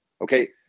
Okay